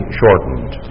shortened